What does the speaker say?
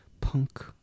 punk